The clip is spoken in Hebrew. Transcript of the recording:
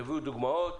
תביאו דוגמאות,